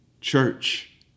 Church